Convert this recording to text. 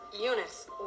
Eunice